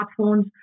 smartphones